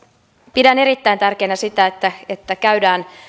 pidän erittäin tärkeänä sitä että että käydään